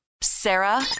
Sarah